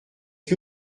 que